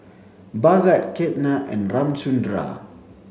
Bhagat Ketna and Ramchundra